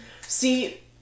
See